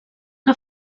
que